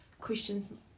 questions